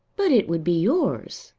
but it would be yours.